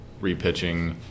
repitching